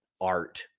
art